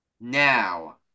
Now